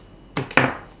okay